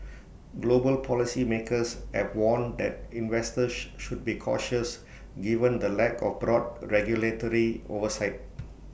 global policy makers have warned that investors should be cautious given the lack of broad regulatory oversight